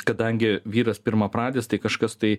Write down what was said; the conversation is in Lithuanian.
kadangi vyras pirmapradis tai kažkas tai